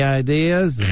ideas